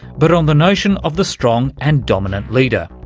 but on the notion of the strong and dominant leader.